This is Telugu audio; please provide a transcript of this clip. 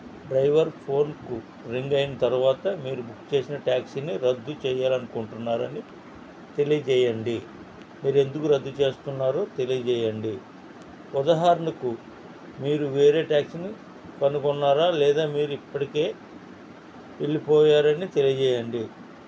డ్రైవర్ ఫోన్కు రింగ్ అయిన తర్వాత మీరు బుక్ చేసిన ట్యాక్సీని రద్దు చెయ్యాలని అనుకుంటున్నారు అని తెలియజేయండి మీరు ఎందుకు రద్దు చేస్తున్నారో తెలియజేయండి ఉదాహరణకు మీరు వేరే ట్యాక్సీని కనుగొన్నారా లేదా మీరు ఇప్పటికే వెళ్ళిపోయారా అని తెలియజేయండి